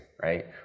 Right